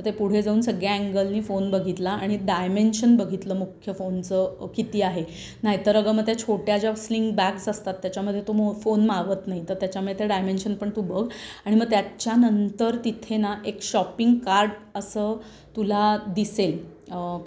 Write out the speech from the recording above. तर ते पुढे जाऊन सगळ्या अँगल्सनी फोन बघितला आणि डायमेन्शन बघितलं मुख्य फोनचं किती आहे नाहीतर अगं मग त्या छोट्या ज्या स्लिंग बॅग्स असतात त्याच्यामध्ये तो मो फोन मावत नाही तर त्याच्यामुळे त्या डायमेंशन पण तू बघ आणि मग त्याच्यानंतर तिथे ना एक शॉपिंग कार्ट असं तुला दिसेल